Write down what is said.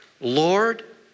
Lord